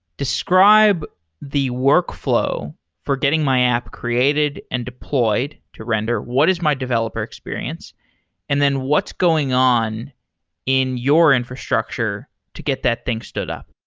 describe the workflow for getting my app created and deployed to render. what is my developer experience and then what's going on in your infrastructure to get that thing stood up?